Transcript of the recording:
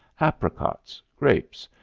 apricots, grapes,